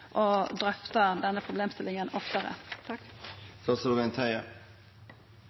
drøfta denne problemstillinga oftare.